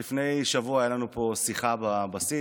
לפני שבוע הייתה לנו פה שיחה בבסיס,